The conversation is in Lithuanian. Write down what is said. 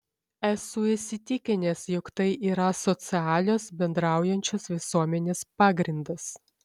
esu įsitikinęs jog tai yra socialios bendraujančios visuomenės pagrindas